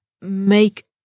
make